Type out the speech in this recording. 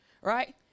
right